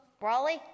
Raleigh